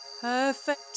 perfect